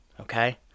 okay